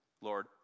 Lord